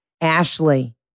Ashley